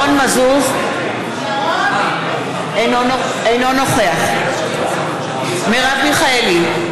אינו נוכח מרב מיכאלי,